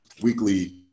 weekly